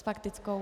Faktickou.